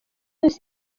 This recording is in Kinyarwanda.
yose